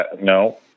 no